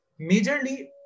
Majorly